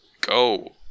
Go